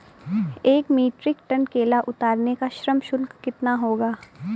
एक metric tonne केला उतारने का श्रम शुल्क कितना होगा?